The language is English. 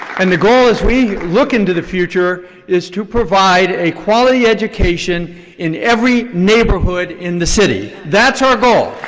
and the goal as we look into the future is to provide a quality education in every neighborhood in the city. that's our goal.